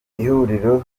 ihuriro